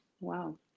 wow